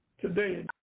Today